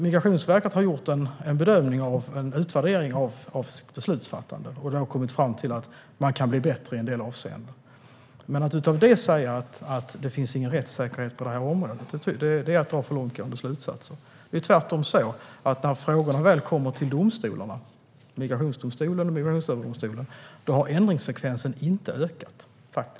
Migrationsverket har gjort en bedömning av en utvärdering av beslutsfattandet. Man har kommit fram till att man kan bli bättre i en del avseenden. Men att utifrån det säga att det inte finns någon rättssäkerhet på detta område är att dra för långtgående slutsatser. Det är tvärtom så att när frågorna väl kommer till migrationsdomstolarna och Migrationsöverdomstolen har ändringsfrekvensen inte ökat.